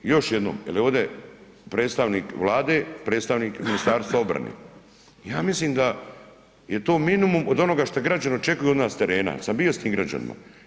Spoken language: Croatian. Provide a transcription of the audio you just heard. Još jednom jel je ovdje predstavnik Vlade, predstavnik Ministarstva obrane, ja mislim da je to minimum od onoga što građani očekuju s terena jel sam bio s tim građanima.